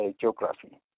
geography